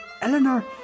Eleanor